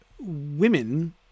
women